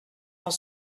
dans